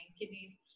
Kidneys